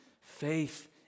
Faith